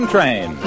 Train